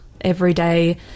everyday